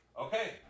Okay